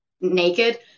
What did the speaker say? naked